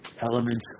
elements